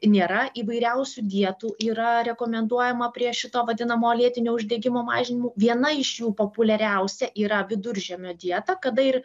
nėra įvairiausių dietų yra rekomenduojama prie šito vadino lėtinio uždegimo mažinimo viena iš jų populiariausia yra viduržemio dieta kada ir